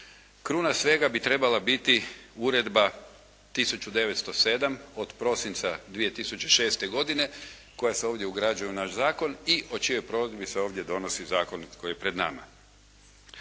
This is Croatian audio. Kruna svega bi trebala biti uredba 1907 od prosinca 2006. godine koja se ovdje ugrađuje u naš zakon i o čijoj provedbi se ovdje donosi zakon koji je pred nama.